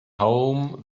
home